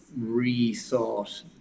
rethought